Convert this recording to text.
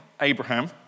Abraham